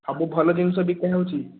ସବୁ ଭଲ ଜିନିଷ ବିକା ହେଉଛି